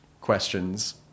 questions